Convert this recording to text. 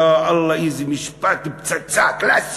יא אללה, איזה משפט פצצה קלאסי.